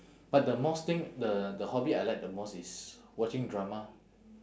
but the most thing the the hobby I like the most is watching drama